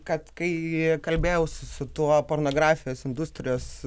kad kai kalbėjausi su tuo pornografijos industrijos